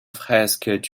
fresque